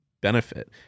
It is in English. benefit